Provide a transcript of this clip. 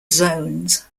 zones